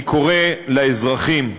אני קורא לאזרחים,